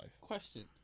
Question